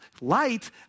Light